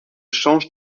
change